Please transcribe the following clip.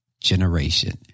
generation